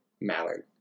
mallard